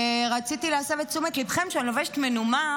רציתי להסב את תשומת ליבכם לכך שאני לובשת מנומר